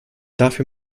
dafür